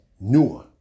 newer